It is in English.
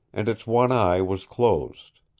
and its one eye was closed.